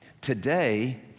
Today